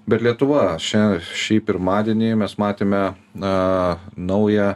bet lietuva šią šį pirmadienį mes matėme na naują